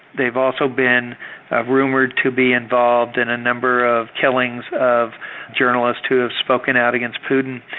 they have also been rumoured to be involved in a number of killings of journalists who have spoken out against putin.